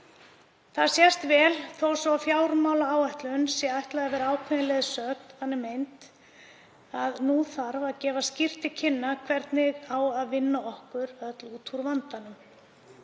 Það sést vel þó svo að fjármálaáætlun sé ætlað að vera ákveðin leiðsögn, ákveðin mynd, að nú þarf að gefa skýrt til kynna hvernig á að vinna okkur út úr vandanum.